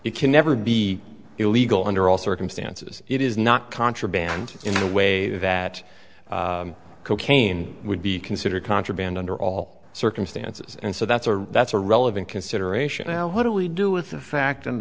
you can never be illegal under all circumstances it is not contraband in the way that cocaine would be considered contraband under all circumstances and so that's a that's a relevant consideration what do we do with the fact and